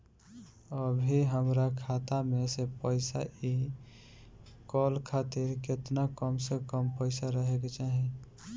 अभीहमरा खाता मे से पैसा इ कॉल खातिर केतना कम से कम पैसा रहे के चाही?